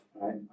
Right